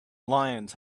lions